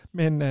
men